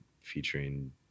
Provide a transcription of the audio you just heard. featuring